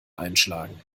einschlagen